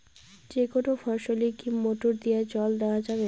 যেকোনো ফসলে কি মোটর দিয়া জল দেওয়া যাবে?